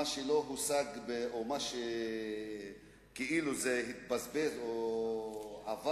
מה שלא הושג, או מה שכאילו התבזבז או ירד